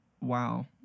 wow